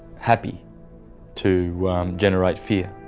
happy to generate fear.